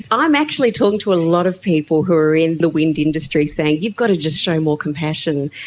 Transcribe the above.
i'm actually talking to a lot of people who are in the wind industry, saying you've got to just show more compassion.